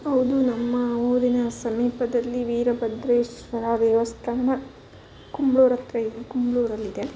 ಹೌದು ನಮ್ಮ ಊರಿನ ಸಮೀಪದಲ್ಲಿ ವೀರಭದ್ರೇಶ್ವರ ದೇವಸ್ಥಾನ ಕುಂಬ್ಳೂರ ಹತ್ರ ಇದೆ ಕುಂಬ್ಳೂರಲ್ಲಿದೆ